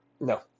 No